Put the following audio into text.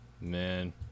man